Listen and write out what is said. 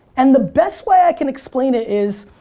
and the best way i can explain it is,